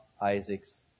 Isaacs